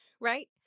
right